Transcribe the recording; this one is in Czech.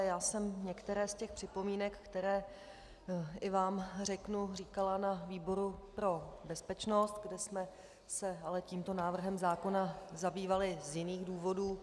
Já jsem některé z těch připomínek, které i vám řeknu, říkala na výboru pro bezpečnost, kde jsme se ale tímto návrhem zákona zabývali z jiných důvodů.